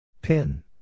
Pin